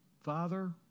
Father